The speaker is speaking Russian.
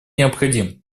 необходим